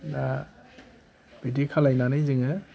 दा बिदि खालायनानै जोङो